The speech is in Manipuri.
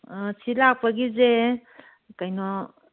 ꯁꯤ ꯂꯥꯛꯄꯒꯤꯁꯦ ꯀꯩꯅꯣ